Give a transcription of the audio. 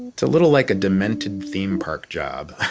it's a little like a demented theme park job.